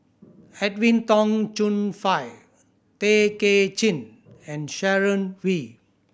Edwin Tong Chun Fai Tay Kay Chin and Sharon Wee